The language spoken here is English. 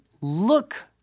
look